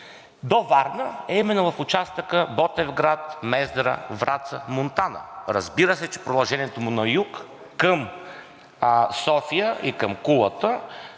до Варна е минала в участъка Ботевград – Мездра – Враца – Монтана, разбира се, че продължението му на юг към София и към Кулата